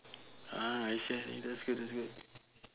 ah I see I that's good that's good